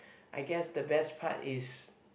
I guess the best part is